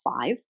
five